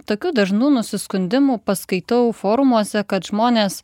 tokių dažnų nusiskundimų paskaitau forumuose kad žmonės